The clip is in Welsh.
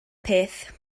peth